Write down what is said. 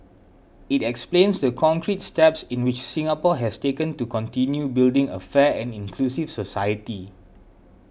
it explains the concrete steps in which Singapore has taken to continue building a fair and inclusive society